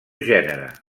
gènere